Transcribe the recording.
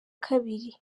kabiri